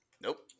Nope